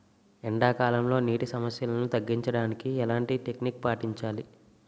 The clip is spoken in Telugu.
ఎండా కాలంలో, నీటి సమస్యలను తగ్గించడానికి ఎలాంటి టెక్నిక్ పాటించాలి?